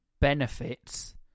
benefits